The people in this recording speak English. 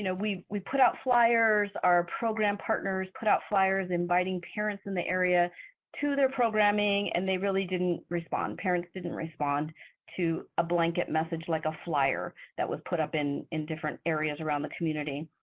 you know we we put out flyers. our program partners put out flyers inviting parents in the area to their programming and they really didn't respond. parents didn't respond to a blanket message like a flyer that was put up in in different areas around the community.